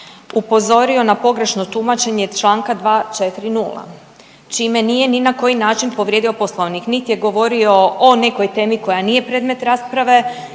upozorio na pogrešno tumačenje članka 240. čime nije ni na koji način povrijedio Poslovnik niti je govorio o nekoj temi koja nije predmet rasprave.